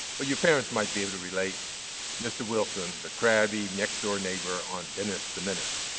but your parents might be able to relate mr. wilson, the crabby next-door neighbor on dennis the menace.